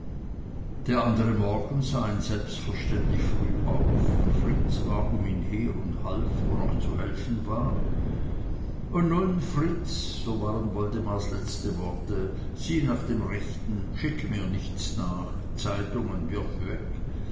der andre morgen sah ihn selbstverständlich früh auf fritz war um ihn her und half wo noch zu helfen war und nun fritz so waren woldemars letzte worte sieh nach dem rechten schicke mir nichts nach zeitungen wirf weg